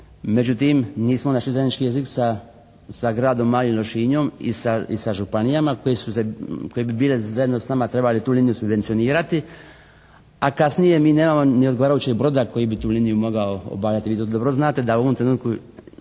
Međutim nismo našli zajednički jezik sa Gradom Malim Lošinjom i sa županijama koje su se, koje bi bile zajedno sa nama trebali tu liniju subvencionirati. A kasnije mi nemamo ni odgovarajućeg broda koji bi tu liniju mogao obavljati. Vi dobro znate da u ovom trenutku